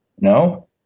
No